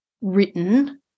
written